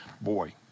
Boy